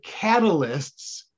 catalysts